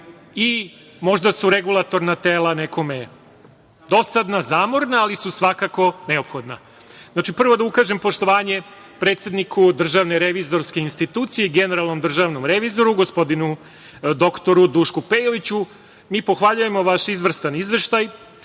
i možda su regulatorna tela nekome dosadna, zamorna, ali su svakako neophodna. Znači, prvo da ukažem na poštovanje predsedniku Državne revizorske institucije, generalnom državnom revizoru, gospodinu dr Dušku Pejoviću. Mi pohvaljujemo vaš izvrstan izveštaj,